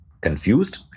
Confused